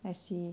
I see